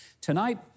Tonight